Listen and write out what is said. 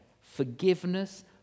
Forgiveness